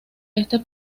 este